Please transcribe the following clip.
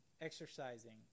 exercising